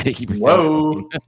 Whoa